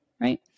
right